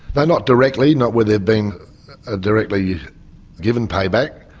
not not directly, not where they've been ah directly given payback.